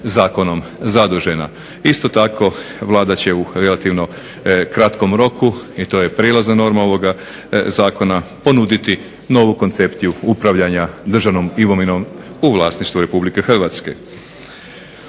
zakonom zadužena. Isto tako Vlada će u relativno kratkom roku, i to je prijelazna norma ovoga zakona, ponuditi novu koncepciju upravljanja državnom imovinom u vlasništvu RH. Ministarstvo